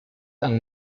han